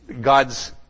God's